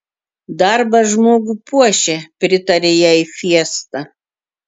darbas žmogų puošia pritarė jai fiesta